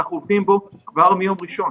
אנחנו עובדים לפיו כבר מיום ראשון